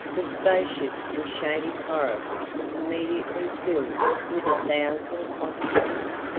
the spacious and shady forest was immediately filled with a thousand ostriches,